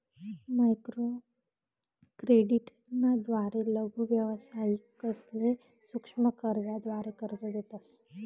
microcredit ना द्वारे लघु व्यावसायिकसले सूक्ष्म कर्जाद्वारे कर्ज देतस